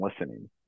listening